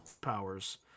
powers